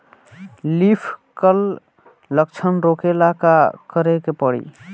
Leaf curl लक्षण रोकेला का करे के परी?